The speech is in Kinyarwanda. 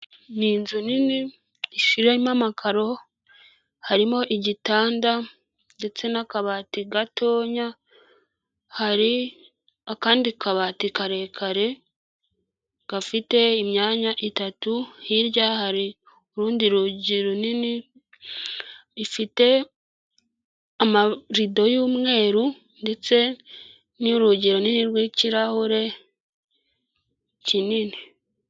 Ni inzu nini ishiremo amakaro, harimo igitanda ndetse n'akabati gatonya, hari akandi kabati karekare gafite imyanya itatu, hirya hari urundi rugi runini, ifite amarido y'umweru ndetse n'urugero runini rw'ikirahure kinini.